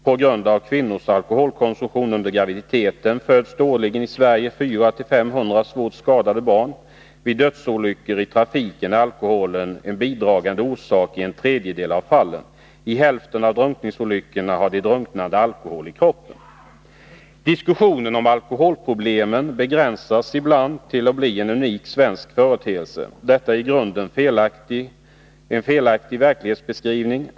På grund av kvinnors alkoholkonsumtion under graviditeten föds det i Sverige årligen 400-500 svårt skadade barn. Vid dödsolyckor i trafiken är alkoholen en bidragande orsak i en tredjedel av fallen. I hälften av drunkningsolyckorna har de drunknade alkohol i kroppen. I diskussionen begränsas ibland alkoholproblemen till att bli en unik svensk företeelse. Det är en i grunden felaktig verklighetsbeskrivning.